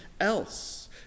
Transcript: else